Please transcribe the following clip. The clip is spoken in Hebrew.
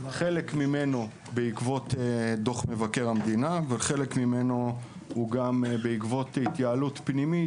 חלק ממנו היה בעקבות דוח מבקר המדינה וחלק בעקבות התייעלות פנימית,